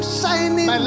shining